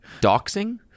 doxing